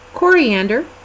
Coriander